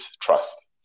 trust